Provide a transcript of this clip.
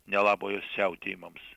nelabojo siautėjimams